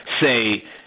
say